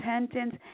repentance